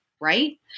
Right